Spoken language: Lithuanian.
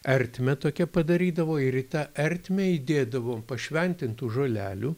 ertmę tokią padarydavo ir į tą ertmę įdėdavo pašventintų žolelių